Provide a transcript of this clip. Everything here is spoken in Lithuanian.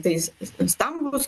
tais itin stambūs